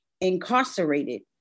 incarcerated